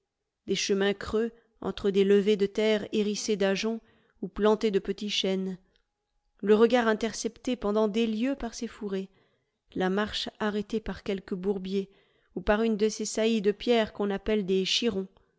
des chemins creux entre des levées de terre hérissées d'ajoncs ou plantées de d'arbres le regard intercepté pendant des lieues par ces fourrés la marche arrêtée par quelque bourbier ou par une de ces saillies de pierre qu'on appelle des